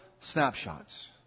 snapshots